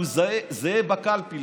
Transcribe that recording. הוא זהה בקלפי,